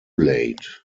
late